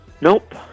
Nope